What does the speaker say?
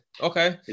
Okay